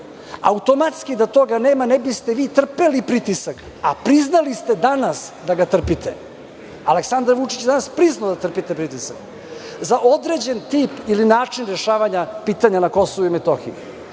Automatski da toga nema ne biste vi trpeli pritisak, a priznali ste danas da ga trpite. Aleksandar Vučić, danas je priznao da trpite pritisak. Za određen tip ili način rešavanja pitanja na Kosovu i Metohiji,